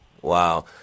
Wow